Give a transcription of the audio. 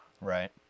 Right